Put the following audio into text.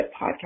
podcast